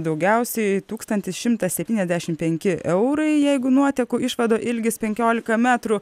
daugiausiai tūkstantis šimtas septyniasdešim penki eurai jeigu nuotekų išvado ilgis penkiolika metrų